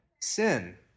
sin